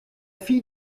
fille